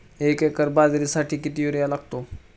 एक एकर बाजरीसाठी किती युरिया लागतो?